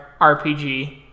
RPG